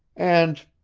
and.